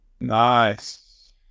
Nice